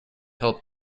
help